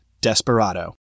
Desperado